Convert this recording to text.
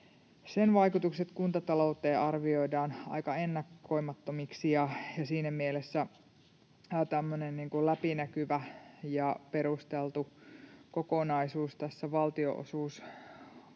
sen vaikutukset kuntatalouteen arvioidaan aika ennakoimattomiksi. Siinä mielessä tämmöinen läpinäkyvä ja perusteltu kokonaisuus tässä valtionosuusuudistuksessa